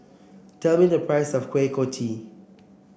tell me the price of Kuih Kochi